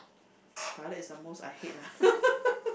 toilet is the most I hate ah